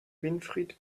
winfried